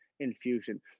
infusion